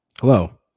Hello